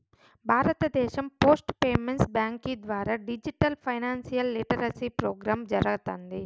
భారతదేశం post payments బ్యాంకీ ద్వారా డిజిటల్ ఫైనాన్షియల్ లిటరసీ ప్రోగ్రామ్ జరగతాంది